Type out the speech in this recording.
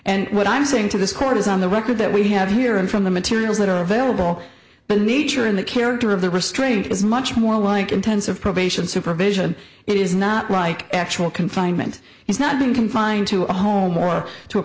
and what i'm saying to this court is on the record that we have here and from the materials that are available but nature in the character of the restraint is much more like intensive probation supervision it is not like actual confinement it's not being confined to a home or to a